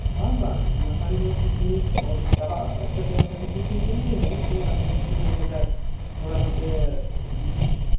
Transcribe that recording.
ᱵᱟᱝ ᱵᱟᱝ ᱢᱟᱥᱟᱱᱡᱷᱳᱲ ᱯᱤᱠᱱᱤᱠ ᱪᱟᱞᱟᱣ ᱠᱟᱛᱮ ᱚᱸᱰᱮ ᱯᱤᱠᱱᱤᱠᱮᱱ ᱜᱮ ᱦᱟ ᱡᱩᱜ ᱥᱚᱢᱚᱭ ᱟᱯᱮ ᱡᱩᱫᱤᱯᱮ ᱢᱚᱱᱮ ᱠᱷᱟᱡ ᱛᱷᱚᱲᱟ ᱱᱚᱛᱮ